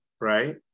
Right